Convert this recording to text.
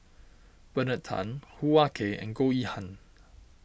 Bernard Tan Hoo Ah Kay and Goh Yihan